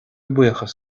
buíochas